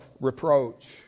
reproach